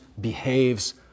behaves